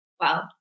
Wow